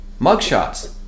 mugshots